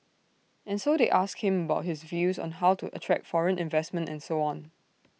and so they asked him about his views on how to attract foreign investment and so on